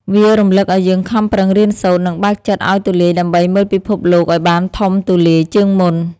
វារំលឹកឱ្យយើងខំប្រឹងរៀនសូត្រ និងបើកចិត្តឱ្យទូលាយដើម្បីមើលពិភពលោកឱ្យបានធំទូលាយជាងមុន។